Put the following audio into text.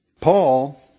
Paul